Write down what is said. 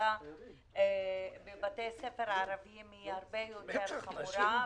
שהמצוקה בבתי הספר הערביים הרבה יותר חמורה.